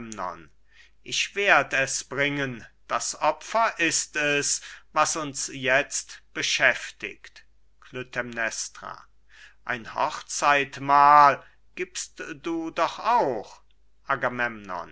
ich werd es bringen das opfer ist es was uns jetzt beschäftigt klytämnestra ein hochzeitmahl gibst du doch auch